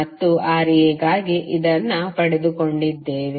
ಮತ್ತು Ra ಗಾಗಿ ಇದನ್ನು ಪಡೆದುಕೊಂಡಿದ್ದೇವೆ